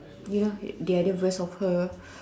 you know the other verse of her